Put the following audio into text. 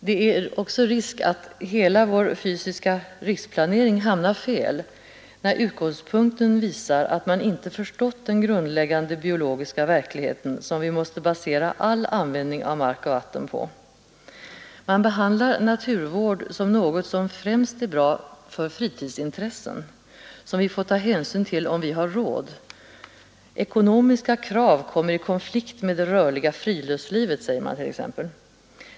Det är också risk för att hela vår fysiska riksplanering hamnar fel, när utgångspunkten visar att man inte har förstått den grundläggande biologiska verklighet som vi måste basera all användning av mark och vatten på. Man betraktar naturvård som något som främst är bra för fritidsintressen, något som vi får ta hänsyn till om vi har råd. Ekonomiska krav kommer i konflikt med det rörliga friluftslivet, säger man.